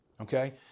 okay